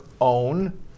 own